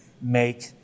make